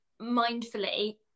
mindfully